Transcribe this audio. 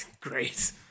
Great